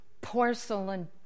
porcelain